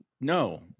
no